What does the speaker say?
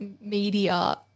media